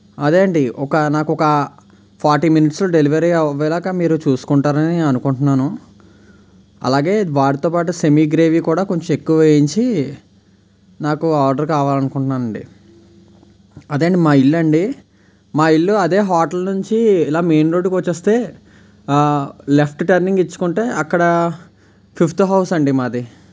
అదేంటి ఒక నాకు ఒక ఫార్టీ మినిట్స్లో డెలివరీ అవేలాగా మీరు చూసుకుంటారని నేను అనుకుంటున్నాను అలాగే వాడితో పాటు సెమీ గ్రేవి కూడా కొంచెం ఎక్కువ వేయించి నాకు ఆర్డర్ కావాలనుకుంటున్నానండి అదే అండి మా ఇల్లు అండి మా ఇల్లు అదే హోటల్ నుంచి అలా మెయిన్ రోడ్కి వచ్చేస్తే లెఫ్ట్ టర్నింగ్ ఇచ్చుకుంటే అక్కడ ఫిఫ్త్ హౌస్ అండి మాది